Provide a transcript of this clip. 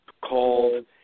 called